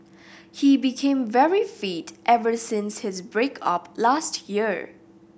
he became very fit ever since his break up last year